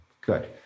Good